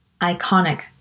iconic